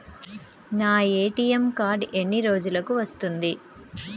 నా ATM card ఎన్ని రోజులకు వస్తుంది?